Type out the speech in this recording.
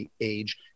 age